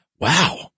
wow